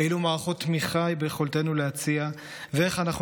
אילו מערכות תמיכה ביכולתנו להציע ואיך אנחנו